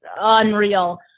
unreal